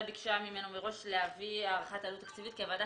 ביקשה ממנו מראש להביא הערכת עלות תקציבית כי הוועדה